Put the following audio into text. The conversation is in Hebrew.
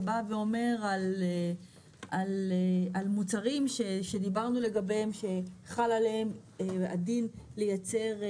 זה בא ואומר על מוצרים שדיברנו לגביהם שחל עליהם הדין לייצר,